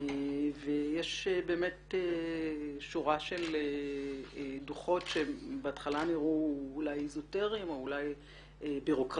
ויש באמת שורה של דוחות שבהתחלה נראו אולי איזוטרים או בירוקרטים